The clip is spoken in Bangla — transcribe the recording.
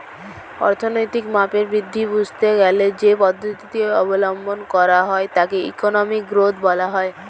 অর্থনৈতিক মাপের বৃদ্ধি বুঝতে গেলে যেই পদ্ধতি অবলম্বন করা হয় তাকে ইকোনমিক গ্রোথ বলা হয়